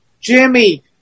Jimmy